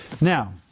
Now